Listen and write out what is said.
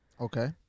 Okay